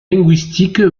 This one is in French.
linguistique